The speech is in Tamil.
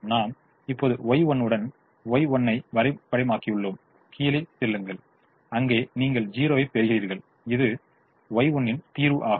நாம் இப்போது Y1 உடன் Y1 ஐ வரைபடமாக்கியுள்ளோம் கீழே செல்லுங்கள் அங்கே நீங்கள் 0 ஐப் பெறுகிறீர்கள் இது Y1 ன் தீர்வு ஆகும்